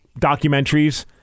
documentaries